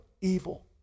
evil